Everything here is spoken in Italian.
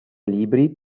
libri